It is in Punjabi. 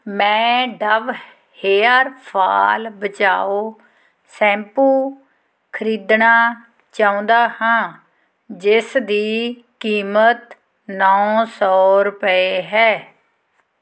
ਮੈਂ ਡਵ ਹੇਅਰ ਫਾਲ ਬਚਾਓ ਸ਼ੈਂਪੂ ਖਰੀਦਣਾ ਚਾਹੁੰਦਾ ਹਾਂ ਜਿਸ ਦੀ ਕੀਮਤ ਨੌਂ ਸੌ ਰੁਪਏ ਹੈ